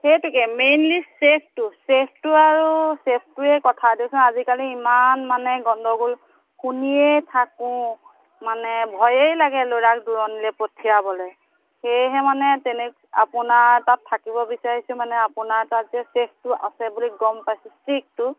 সেইটোকে মেইনলি চেফটো চেফটো আৰু চেফটোৱে কথা দিয়কচোন আজিকালি ইমান মানে গণ্ডগোল শুনিয়েই থাকোঁ মানে ভয়েই লাগে ল'ৰাক দূৰণিলৈ পঠিয়াবলৈ সেয়েহে মানে তেনে আপোনাৰ তাত থাকিব বিচাৰিছে মানে আপোনাৰ তাত যে চেফটো আছে বুলি গম পাইছে ছিটটো